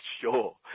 Sure